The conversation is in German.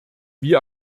wie